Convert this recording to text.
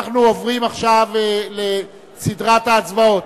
אנחנו עוברים עכשיו לסדרת ההצבעות.